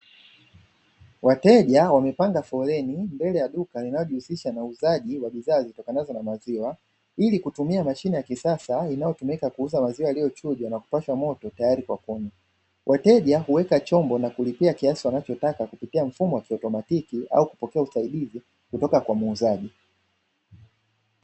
Wateja wamepanga foleni mbele ya duka linalojihusisha na uuzaji wa bidhaa zitokanazo na maziwa, ilikutumia mashine ya kisasa inayotumika kuuza Maziwa yaliyochujwa na kupashwa moto tayari kwa kunywa. Wateja huweka chombo na kulipia kiasi wanachotaka kupitia mfumo wa kiotomatiki au kupokea usaidizi kutoka kwa muuzaji.